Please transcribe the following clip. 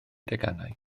deganau